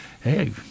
Hey